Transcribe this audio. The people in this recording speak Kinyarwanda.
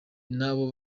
n’abo